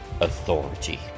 authority